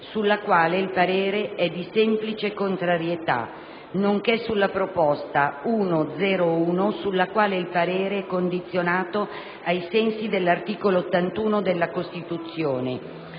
sulla quale il parere è di semplice contrarietà, nonché sulla proposta 1.0.1, sulla quale il parere è condizionato ai sensi dell'articolo 81 della Costituzione,